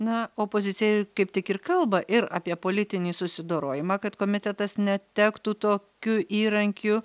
na o opozicija kaip tik ir kalba ir apie politinį susidorojimą kad komitetas netektų tokių įrankių